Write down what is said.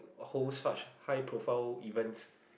whole such high profile events